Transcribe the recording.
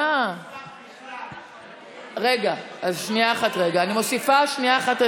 רגע, אני מוסיפה את